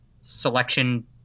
selection